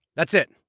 that's it,